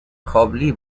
کابلی